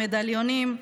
מדליונים,